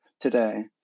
today